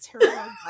terrible